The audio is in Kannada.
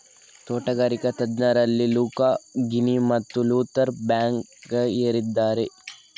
ತೋಟಗಾರಿಕಾ ತಜ್ಞರಲ್ಲಿ ಲುಕಾ ಘಿನಿ ಮತ್ತು ಲೂಥರ್ ಬರ್ಬ್ಯಾಂಕ್ಸ್ ಏರಿದ್ದಾರೆ